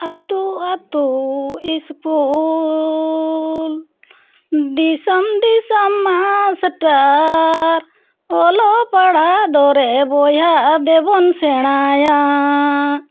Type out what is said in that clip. ᱟᱛᱳ ᱟᱛᱳ ᱤᱥᱠᱩᱻ ᱫᱤᱥᱚᱢ ᱫᱤᱥᱚᱢ ᱢᱟᱥᱴᱟᱨ ᱚᱞᱚᱜ ᱯᱟᱲᱦᱟᱜ ᱫᱚᱨᱮ ᱵᱚᱭᱦᱟ ᱫᱮᱵᱚᱱ ᱥᱮᱬᱟᱭᱟᱻ